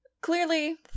Clearly